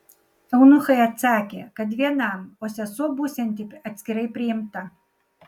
eunuchai atsakė kad vienam o sesuo būsianti atskirai priimta